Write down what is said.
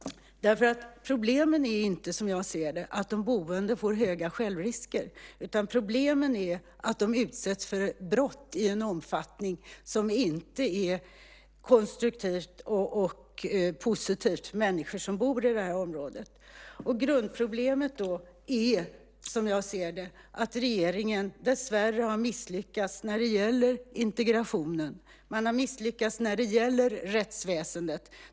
Problemen är inte, som jag ser det, att de boende får höga självrisker utan problemen är att de utsätts för brott i en omfattning som inte är konstruktiv och positiv för människor som bor i de här områdena. Grundproblemet är, som jag ser det, att regeringen dessvärre har misslyckats när det gäller integrationen. Man har misslyckats när det gäller rättsväsendet.